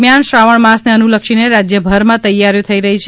દરમિયાન શ્રાવણ માસને અનુલક્ષીને રાજ્યભરમાં તૈયારીઓ થઇ રહી છે